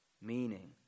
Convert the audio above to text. meaning